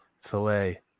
Filet